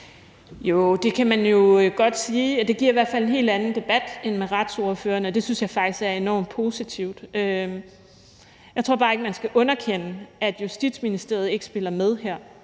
Jo, det kan man jo godt sige, og det giver i hvert fald en helt anden debat end med retsordførerne, og det synes jeg faktisk er enormt positivt. Jeg tror bare ikke, man skal underkende, at Justitsministeriet ikke spiller med her,